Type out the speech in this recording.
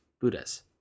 Buddhas